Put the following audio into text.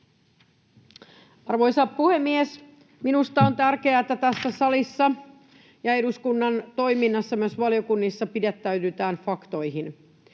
Arvoisa puhemies! Minusta on tärkeää, että tässä salissa ja eduskunnan toiminnassa, myös valiokunnissa, pidättäydytään faktoissa.